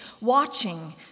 watching